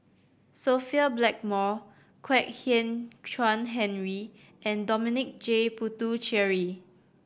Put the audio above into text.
Sophia Blackmore Kwek Hian Chuan Henry and Dominic J Puthucheary